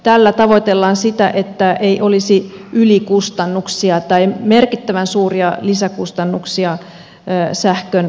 tällä tavoitellaan sitä että ei olisi merkittävän suuria lisäkustannuksia sähkönsiirrolle